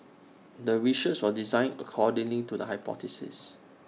the research was designed accordingly to the hypothesis